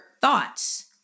thoughts